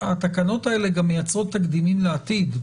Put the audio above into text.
התקנות האלה גם מייצרות תקדימים לעתיד,